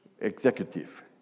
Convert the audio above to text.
executive